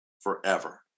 forever